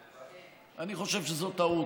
אני חושב שזו טעות,